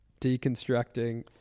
Deconstructing